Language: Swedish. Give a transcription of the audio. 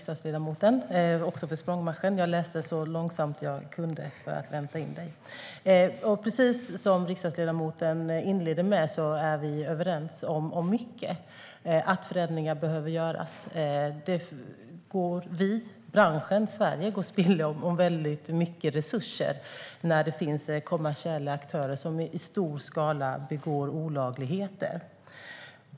Herr talman! Precis som riksdagsledamoten inledde med är vi överens om mycket, bland annat att förändringar behöver göras. Branschen och Sverige går miste om mycket resurser när kommersiella aktörer i stor skala begår olagligheter.